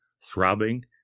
throbbing